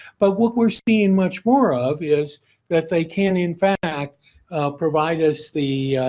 but, what we're seeing much more of is that they can in fact provide us the